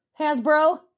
Hasbro